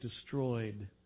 destroyed